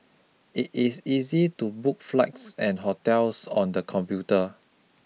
it is easy to book flights and hotels on the computer